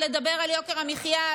לדבר על יוקר המחיה,